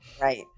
Right